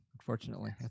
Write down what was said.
unfortunately